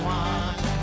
one